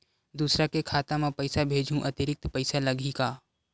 दूसरा के खाता म पईसा भेजहूँ अतिरिक्त पईसा लगही का?